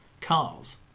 cars